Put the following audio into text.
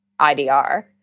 IDR